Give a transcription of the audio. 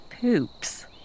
poops